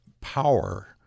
power